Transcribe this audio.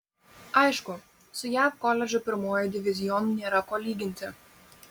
aišku su jav koledžų pirmuoju divizionu nėra ko lyginti